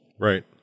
right